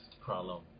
problem